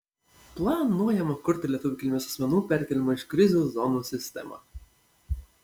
planuojama kurti lietuvių kilmės asmenų perkėlimo iš krizių zonų sistemą